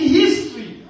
history